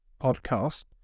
podcast